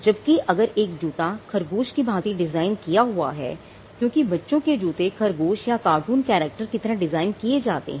जबकि अगर एक जूता खरगोश की भांति डिजाइन किया हुआ है क्योंकि बच्चों के जूते खरगोश या कार्टून कैरेक्टर की तरह डिजाइन किए जाते हैं